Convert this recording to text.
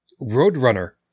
Roadrunner